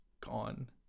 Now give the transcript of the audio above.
gone